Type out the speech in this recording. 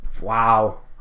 Wow